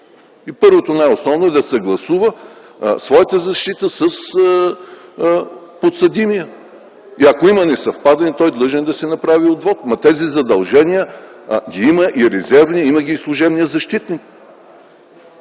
И първото, и най-основно е да съгласува своята защита с подсъдимия. И ако има несъвпадане, той е длъжен да си направи отвод. Но тези задължения ги има и резервният, има ги и служебният защитник.